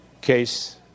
case